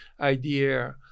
idea